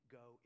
go